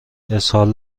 اسهال